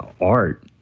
art